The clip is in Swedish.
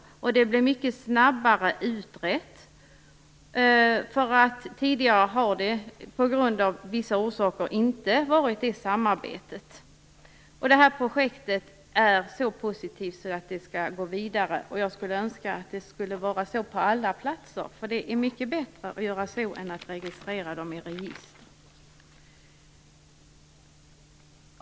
Vidare har fallen blivit mycket snabbare utredda. Tidigare har det samarbetet inte funnits. Det här projektet är så positivt att det skall gå vidare, och jag skulle önska att det vore så på alla platser. Det är mycket bättre att göra så än att registrera ungdomarna.